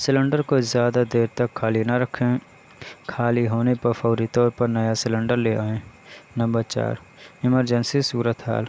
cylinder کو زیادہ دیر تک خالی نہ رکھیں خالی ہونے پر فوری طور پر نیا سیلنڈر لے آئیں نمبر چار ایمرجنسی صورت حال